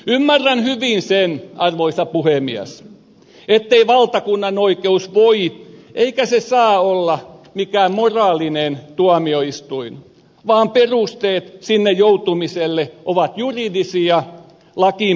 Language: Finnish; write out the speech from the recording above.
ymmärrän hyvin sen arvoisa puhemies ettei valtakunnanoikeus voi eikä se saa olla mikään moraalinen tuomioistuin vaan perusteet sinne joutumiselle ovat juridisia lakiin perustuvia